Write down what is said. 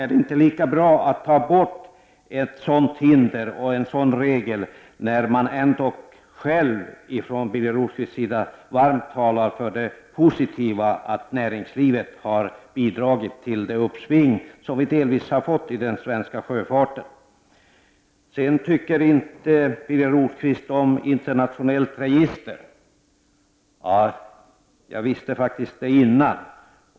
Är det inte lika bra att ta bort ett sådant hinder och en sådan regel när man ändå — som Birger Rosqvist gjorde — varmt talar för det positiva med att näringslivet har bidragit till det uppsving som delvis har skett inom den svenska sjöfarten. Birger Rosqvist tycker inte om tanken på ett internationellt register. Det visste jag faktiskt innan.